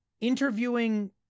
interviewing